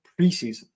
preseason